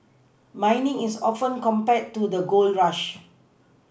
mining is often compared to the gold rush